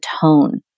tone